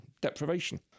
deprivation